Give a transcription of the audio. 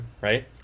right